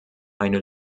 eine